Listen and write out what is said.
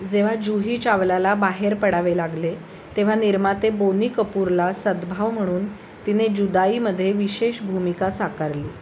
जेव्हा जुही चावलाला बाहेर पडावे लागले तेव्हा निर्माते बोनी कपूरला सद्भाव म्हणून तिने जुदाईमध्ये विशेष भूमिका साकारली